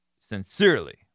Sincerely